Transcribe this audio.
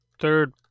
third